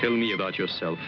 tell me about yourself